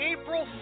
April